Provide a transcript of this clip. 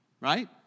Right